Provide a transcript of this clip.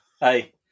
Hey